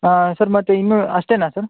ಹಾಂ ಸರ್ ಮತ್ತು ಇನ್ನೂ ಅಷ್ಟೇನಾ ಸರ್